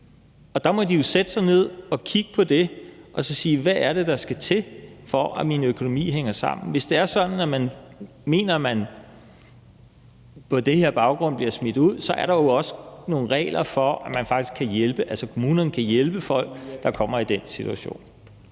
Der må de jo sætte sig ned og kigge på det og spørge, hvad det er, der skal til, for at deres økonomi hænger sammen. Hvis det er sådan, at man mener, at man på den her baggrund bliver smidt ud, er der jo også nogle regler for, at kommunerne kan hjælpe folk, der kommer i den situation.